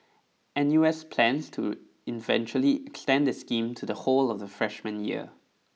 N U S plans to eventually extend the scheme to the whole of the freshman year